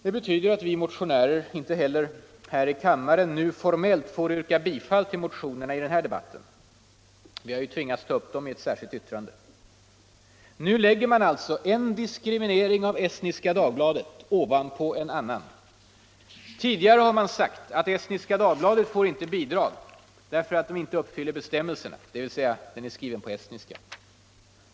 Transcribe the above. Det betyder att vi motionärer inte heller här i kammaren nu formellt får yrka bifall till motionerna. Vi har ju tvingats ta upp dem i ett särskilt yttrande. Man lägger en diskriminering av Estniska Dagbladet ovanpå en annan. Tidigare har man sagt att Estniska Dagbladet får inte bidrag därför att tidningen inte uppfyller bestämmelserna, dvs. är skriven på estniska.